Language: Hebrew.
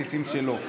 יש סעיפים שלא,